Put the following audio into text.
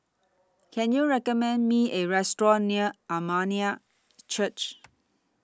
Can YOU recommend Me A Restaurant near Armenian Church